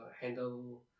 handle